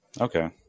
Okay